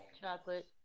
Chocolate